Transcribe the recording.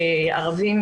ערבים,